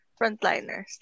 frontliners